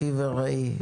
אחי ורעי,